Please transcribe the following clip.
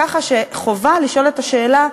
כך שחובה לשאול את השאלה,